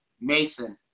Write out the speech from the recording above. mason